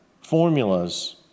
formulas